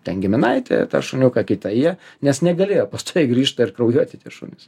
ten giminaitį tą šuniuką kitą jie nes negalėjo pastoviai grįžta ir kraujuoti tie šunys